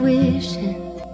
wishing